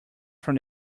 from